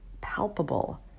palpable